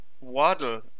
Waddle